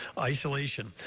isolation,